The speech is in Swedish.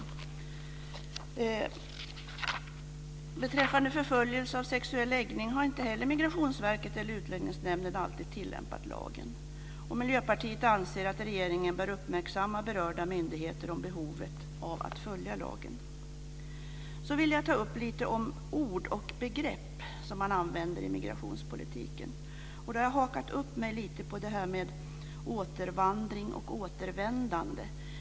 Inte heller beträffande förföljelse på grund av sexuell läggning har Migrationsverket eller Utlänningsnämnden alltid tillämpat lagen. Miljöpartiet anser att regeringen bör uppmärksamma berörda myndigheter på behovet av att följa lagen. Jag vill också ta upp lite om ord och begrepp som man använder i migrationspolitiken. Jag har hakat upp mig lite på begreppen "återvandring" och "återvändande".